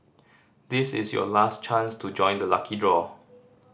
this is your last chance to join the lucky draw